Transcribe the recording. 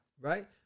right